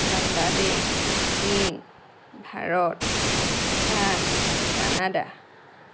বাংলাদেশ চীন Bharat France Canada